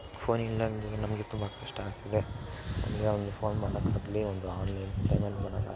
phone ಇಲ್ಲಾಂದಿದಿದ್ದರೆ ನಮಗೆ ತುಂಬ ಕಷ್ಟ ಆಗ್ತದೆ ನಮಗೆ ಅವ್ನಿಗೆ ಫೋನ್ ಮಾಡೋಕಾಗ್ಲಿ ಒಂದು ಆನ್ಲೈನ್ ಪೇಮೆಂಟ್ ಮಾಡೋಕಾಗ್ಲಿ